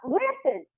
listen